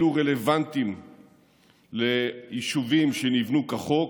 אלה רלוונטיים לישובים שנבנו כחוק,